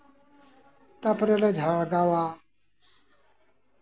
ᱛᱟᱨᱯᱚᱨᱮᱞᱮ ᱡᱷᱟᱲᱜᱟᱣᱟ